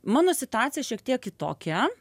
mano situacija šiek tiek kitokia